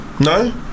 No